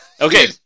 okay